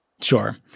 Sure